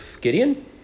Gideon